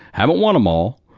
haven't won em all,